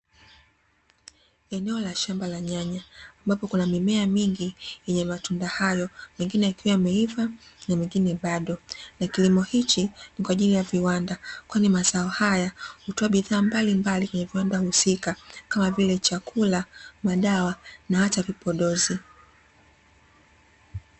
Eneo la shamba la nyanya ambapo kuna mimea mingi yenye matunda hayo, mengine yakiwa yameiva na mengine bado. Na kilimo hichi ni kwa ajili ya viwanda, kwani mazao hayo hutoa bidhaa mbali mbali ya kiwanda husika kama vile chakula, madawa na hata vipodozi.